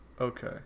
Okay